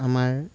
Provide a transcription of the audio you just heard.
আমাৰ